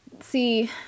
See